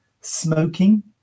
Smoking